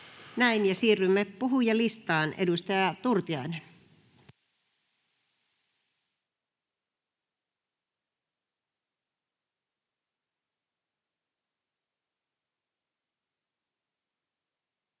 Näin. — Ja siirrymme puhujalistaan, edustaja Turtiainen.